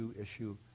issue